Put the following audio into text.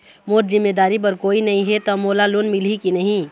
मोर जिम्मेदारी बर कोई नहीं हे त मोला लोन मिलही की नहीं?